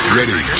ready